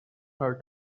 her